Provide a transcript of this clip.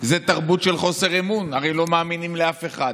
זו תרבות של חוסר אמון, הרי לא מאמינים לאף אחד.